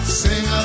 sing